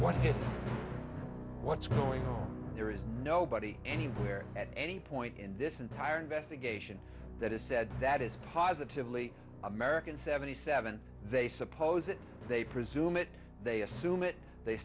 what what's going on there is nobody anywhere at any point in this entire investigation that is said that is positively american seventy seven they supposed they presume it they assume it they